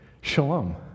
Shalom